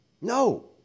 No